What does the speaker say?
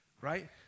right